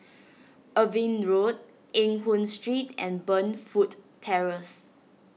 Irving Road Eng Hoon Street and Burnfoot Terrace